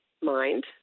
mind